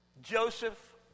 Joseph